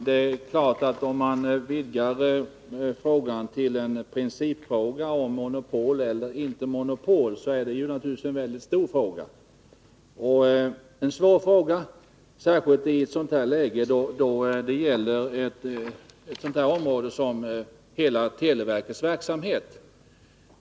Fru talman! Om man utvidgar frågan till en principfråga om monopol eller inte monopol, är det naturligtvis en väldigt stor fråga, och en svår fråga, särskilt i ett läge då det gäller ett sådant område som hela televerkets verksamhet.